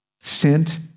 sent